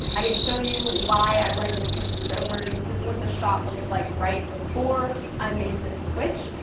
i can show you why i wanted to switch this over. this is what the shot looked like right before i made the switch,